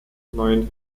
neuen